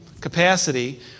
capacity